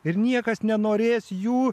ir niekas nenorės jų